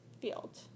field